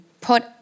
put